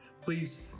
Please